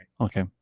okay